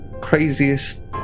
craziest